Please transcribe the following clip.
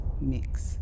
mix